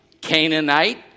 Canaanite